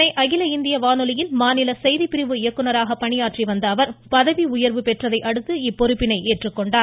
சென்னை அகில இந்திய வானொலியில் மாநில செய்திப்பிரிவு இயக்குநராக பணியாற்றி வந்த அவர் பதவி உயர்வு பெற்றதையடுத்து இப்பொறுப்பினை ஏற்றுக்கொண்டார்